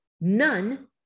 none